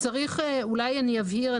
אולי אני אבהיר.